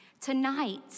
Tonight